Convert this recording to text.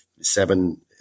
seven